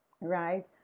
right